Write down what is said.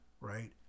right